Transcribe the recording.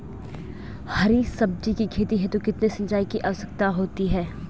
हरी सब्जी की खेती हेतु कितने सिंचाई की आवश्यकता होती है?